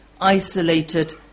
isolated